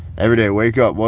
every day, wake up.